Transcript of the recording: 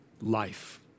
life